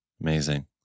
Amazing